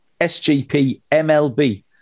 SGPMLB